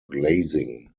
glazing